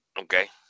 Okay